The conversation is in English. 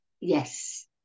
yes